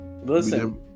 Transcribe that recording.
Listen